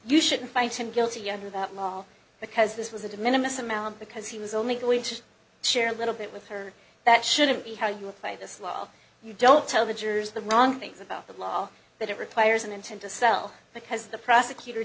you shouldn't fight him guilty under that law because this was a de minimus amount because he was only going to share a little bit with her that shouldn't be how you apply this law of you don't tell the jurors the wrong things about the law that it requires an intent to sell because the prosecutor